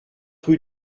rue